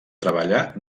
treballar